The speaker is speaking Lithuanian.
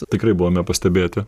tikrai buvome pastebėti